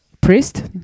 priest